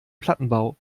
plattenbau